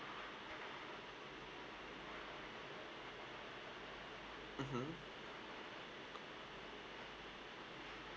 mmhmm